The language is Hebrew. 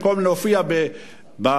במקום להופיע בחדשות,